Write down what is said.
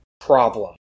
problem